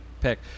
pick